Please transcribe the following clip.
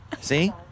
See